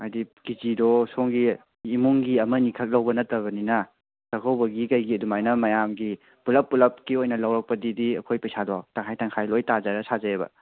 ꯍꯥꯏꯗꯤ ꯀꯦꯖꯤꯗꯣ ꯁꯣꯝꯒꯤ ꯏꯃꯨꯡꯒꯤ ꯑꯃꯅꯤꯈꯛ ꯂꯧꯕ ꯅꯠꯇꯕꯅꯤꯅ ꯆꯥꯛꯀꯧꯕꯒꯤ ꯀꯩꯒꯤ ꯑꯗꯨꯃꯥꯏꯅ ꯃꯌꯥꯝꯒꯤ ꯄꯨꯂꯞ ꯄꯨꯂꯞꯀꯤ ꯑꯣꯏꯅ ꯂꯧꯔꯛꯄꯗꯗꯤ ꯑꯩꯈꯣꯏ ꯄꯩꯁꯥꯗꯣ ꯇꯪꯈꯥꯏ ꯇꯪꯈꯥꯏ ꯂꯣꯏ ꯇꯥꯖꯔ ꯁꯥꯖꯩꯕ